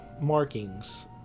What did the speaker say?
markings